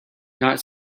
not